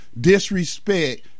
disrespect